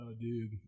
dude